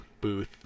booth